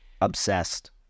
Obsessed